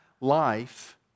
life